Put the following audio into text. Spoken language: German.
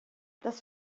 das